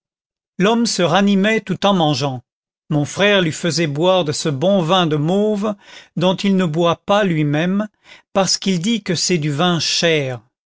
l'homme se ranimait tout en mangeant mon frère lui faisait boire de ce bon vin de mauves dont il ne boit pas lui-même parce qu'il dit que c'est du vin cher